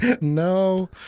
No